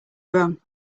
wrong